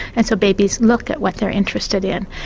and so babies look at what they're interested in.